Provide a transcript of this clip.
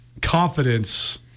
confidence